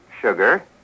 sugar